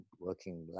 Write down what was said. working